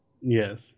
Yes